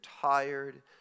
tired